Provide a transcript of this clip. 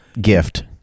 gift